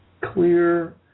clear